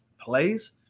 plays